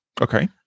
Okay